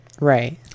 right